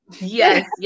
yes